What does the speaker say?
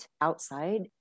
outside